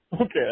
Okay